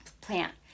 plant